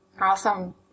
awesome